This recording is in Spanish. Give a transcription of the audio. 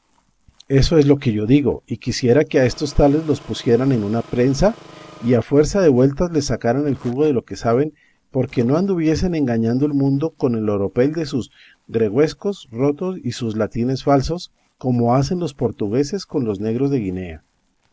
eso es lo que yo digo y quisiera que a estos tales los pusieran en una prensa y a fuerza de vueltas les sacaran el jugo de lo que saben porque no anduviesen engañando el mundo con el oropel de sus gregüescos rotos y sus latines falsos como hacen los portugueses con los negros de guinea